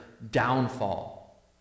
downfall